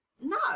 no